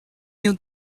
new